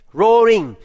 roaring